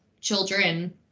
children